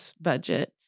budget